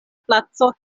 placo